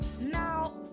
Now